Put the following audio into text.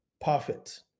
perfect